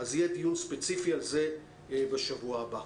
יהיה דיון ספציפי על זה בשבוע הבא.